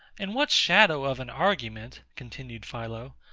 and what shadow of an argument, continued philo,